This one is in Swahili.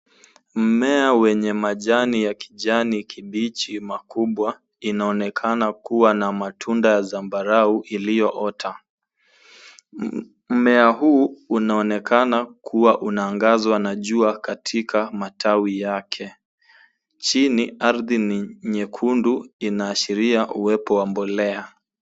Mmea wenye majani ya kijani kibichi makubwa, inaonekana kuwa na matunda ya zambarau iliyoota. Mmea huu unaonekana kuwa unaangazwa na jua katika matawi yake. Chini, ardhi ni nyekundu, inaashiria uwepo wa mbolea.